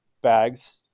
bags –